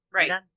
Right